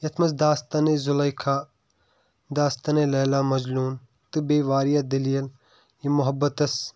یَتھ منٛز داستانے زُلیکھا دستانے لیلا مجنوں تہٕ بیٚیہِ واریاہ دٔلیل یِم محبتَس